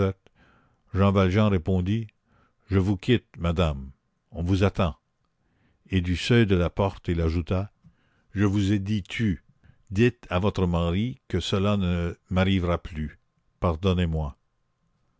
jean valjean répondit je vous quitte madame on vous attend et du seuil de la porte il ajouta je vous ai dit tu dites à votre mari que cela ne m'arrivera plus pardonnez-moi